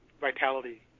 vitality